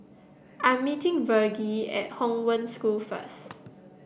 I'm meeting Virge at Hong Wen School first